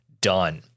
done